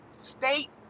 State